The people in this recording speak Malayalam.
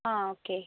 ആ ഓക്കെ